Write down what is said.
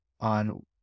on